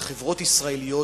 וחברות ישראליות,